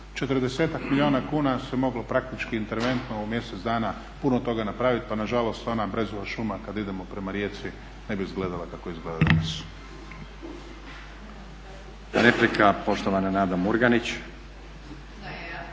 40-ak milijuna kuna se moglo praktički interventno u mjesec dana puno toga napraviti pa nažalost ona brezova šuma kada idemo prema rijeci ne bi izgledala kako izgleda danas.